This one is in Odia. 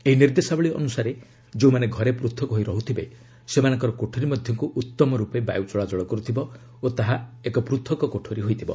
ଏହି ନିର୍ଦ୍ଦେଶାବଳୀ ଅନୁସାରେ ଯେଉଁମାନେ ଘରେ ପୃଥକ୍ ହୋଇ ରହୁଥିବେ ସେମାନଙ୍କର କୋଠରି ମଧ୍ୟକୁ ଉତ୍ତମ ରୂପେ ବାୟୁ ଚଳାଚଳ କରୁଥିବ ଓ ତାହା ଏକ ପୂଥକ୍ କୋଠରି ହୋଇଥିବ